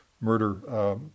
murder